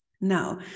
Now